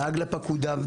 דאג לפקודיו,